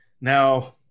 Now